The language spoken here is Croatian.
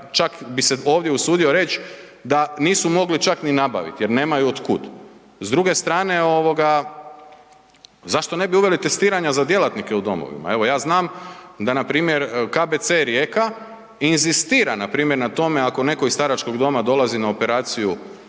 čak bi se ovdje usudio reć da nisu mogli čak ni nabavit jer nemaju otkud. S druge strane ovoga zašto ne bi uveli testiranja za djelatnike u domovima? Evo, ja znam da npr. KBC Rijeka inzistira npr. na tome ako neko iz staračkog doma dolazi na operaciju